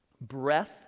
breath